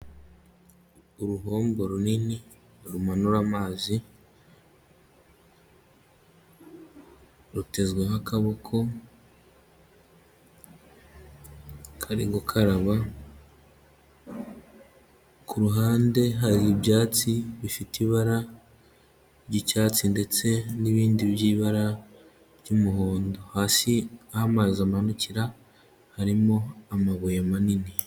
Uruhombo runini rumanura amazi rutezweho akaboko kari gukaraba. Ku ruhande hari ibyatsi bifite ibara ry'icyatsi ndetse n'ibindi by'ibara ry'umuhondo. Hasi h'amazi amanukira harimo amabuye manini.